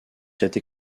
cette